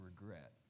regret